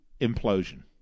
implosion